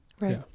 Right